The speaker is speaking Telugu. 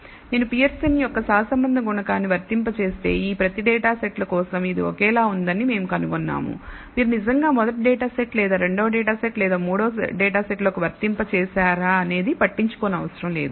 నేను పియర్సన్ యొక్క సహసంబంధ గుణకాన్ని వర్తింపజేస్తే ఈ ప్రతి డేటా సెట్ల కోసం ఇది ఒకేలా ఉందని మేము కనుగొన్నాము మీరు నిజంగా మొదటి డేటా సెట్ లేదా రెండవ డేటా సెట్ లేదా మూడవ డేటా సెట్ లోకి వర్తింపచేస్తారా అనేది పట్టించుకోనవసరం లేదు